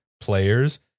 players